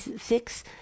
six